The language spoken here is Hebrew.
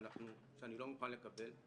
שאני לא מוכן לקבל.